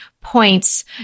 points